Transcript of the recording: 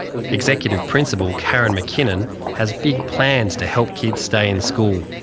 ah executive principal karen mckinnon has big plans to help kids stay in school,